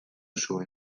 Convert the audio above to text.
zuen